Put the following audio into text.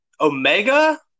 Omega